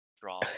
draw